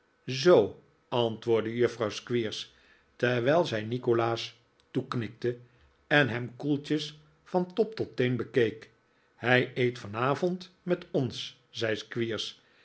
zoo antwoordde juffrouw squeers terwijl zij nikolaas toeknikte en hem koeltjes van top tot teen bekeekt hij eet vanavond met ons zei